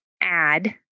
add